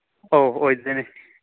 ꯑꯧ ꯑꯣꯏꯗꯣꯏꯅꯤ